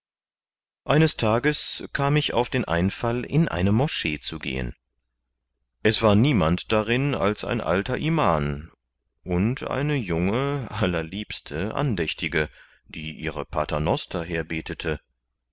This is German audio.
eines tags kam ich auf den einfall in eine moschee zu gehen es war niemand darin als ein alter iman und eine junge allerliebste andächtige die ihre paternoster herbetete